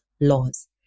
laws